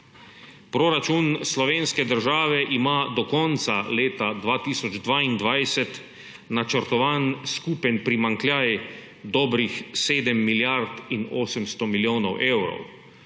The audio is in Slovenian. Proračun slovenske države ima do konca leta 2022 načrtovan skupen primanjkljaj dobrih 7 milijard in 800 milijonov evrov.